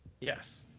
Yes